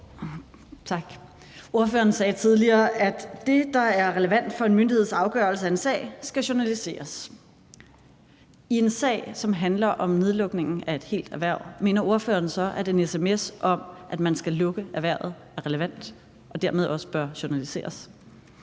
Ordføreren sagde tidligere, at det, der er relevant for en myndigheds afgørelse af en sag, skal journaliseres. I en sag, som handler om nedlukning af et helt erhverv, mener ordføreren så, at en sms om, at man skal lukke erhvervet, er relevant, og dermed også bør journaliseres?